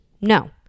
No